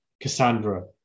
Cassandra